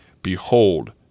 behold